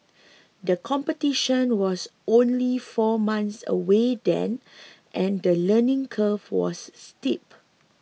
the competition was only four months away then and the learning curve was steep